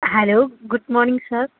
hello good morning sir